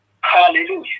Hallelujah